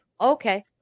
Okay